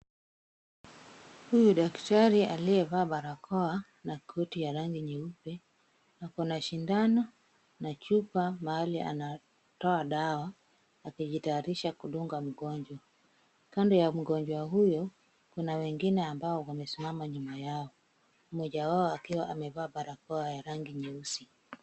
Huyu daktari aliyevaa barakoa na koti ya rangi nyeupe. Ako na shindano na chupa mahali anatoa dawa akijitayarisha kudunga mgonjwa. Kando ya mgonjwa huyo, kuna wengine ambao wamesimama nyuma yao. Mmoja wao akiwa amevaa barakoa ya rangi nyeusi.